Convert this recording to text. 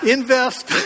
Invest